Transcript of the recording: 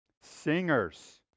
Singers